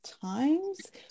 times